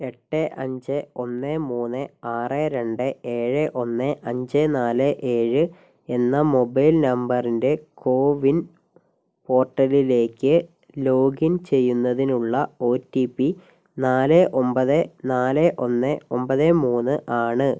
എട്ട് അഞ്ച് ഒന്ന് മൂന്ന് ആറ് രണ്ട് ഏഴ് ഒന്ന് അഞ്ച് നാല് ഏഴ് എന്ന മൊബൈൽ നമ്പറിൻ്റെ കോവിൻ പോർട്ടലിലേക്ക് ലോഗിൻ ചെയ്യുന്നതിനുള്ള ഒ റ്റി പി നാല് ഒൻപത് നാല് ഒന്ന് ഒൻപത് മൂന്ന് ആണ്